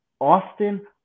Austin